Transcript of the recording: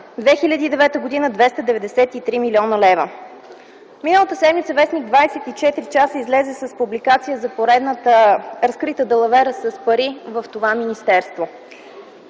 2009 г. – 293 млн. лв. Миналата седмица в. „24 часа” излезе с публикация за поредната разкрита далавера с пари в това министерство.